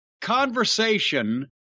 conversation